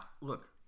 Look